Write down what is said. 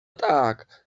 tak